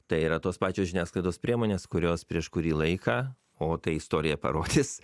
tai yra tos pačios žiniasklaidos priemonės kurios prieš kurį laiką o tai istorija parodys